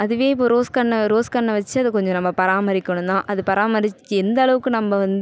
அதுவே இப்போ ரோஸ் கன்றை ரோஸ் கன்றை வச்சு அதை கொஞ்சம் நம்ம பராமரிக்கணும்தான் அது பராமரிச்சு எந்த அளவுக்கு நம்ப வந்து